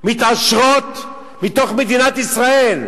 מתעשרות מתוך מדינת ישראל,